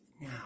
now